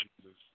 Jesus